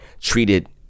treated